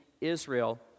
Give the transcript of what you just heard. Israel